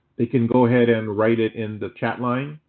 they can go ahead and write it in the chat line